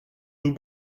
nous